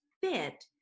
fit